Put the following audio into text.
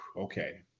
Okay